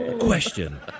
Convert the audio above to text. question